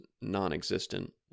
non-existent